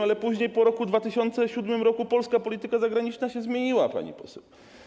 Ale później, po roku 2007 polska polityka zagraniczna się zmieniła, pani poseł.